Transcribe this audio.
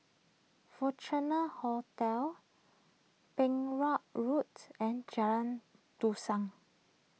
Fortuna Hotel Perak Roads and Jalan Dusun